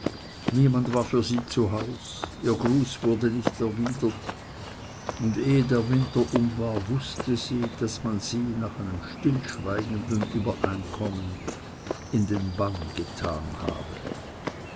niemand war für sie zu haus ihr gruß wurde nicht erwidert und ehe der winter um war wußte sie daß man sie nach einem stillschweigenden übereinkommen in den bann getan habe